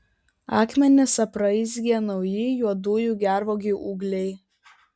akmenis apraizgė nauji juodųjų gervuogių ūgliai